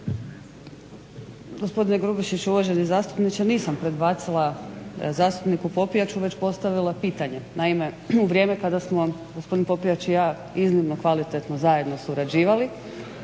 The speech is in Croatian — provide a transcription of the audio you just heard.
Gospodine Grubišiću, uvaženi zastupniče nisam predbacila zastupniku Popijaču već postavila pitanje. Naime, u vrijeme kad smo gospodin Popijač i ja iznimno kvalitetno zajedno surađivali,